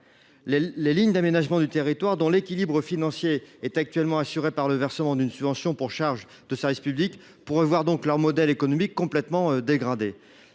des lignes d’aménagement du territoire, dont l’équilibre financier est actuellement garanti par le versement d’une subvention pour charge de service public, pourrait alors être complètement dégradé.